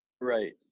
right